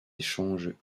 échanges